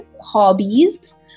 hobbies